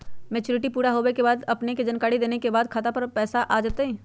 Maturity पुरा होवे के बाद अपने के जानकारी देने के बाद खाता पर पैसा आ जतई?